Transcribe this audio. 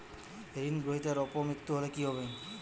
ঋণ গ্রহীতার অপ মৃত্যু হলে কি হবে?